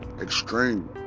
extreme